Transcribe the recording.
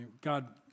God